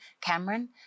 Cameron